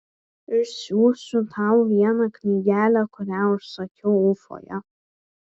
išsiųsiu tau vieną knygelę kurią užsakiau ufoje